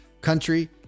country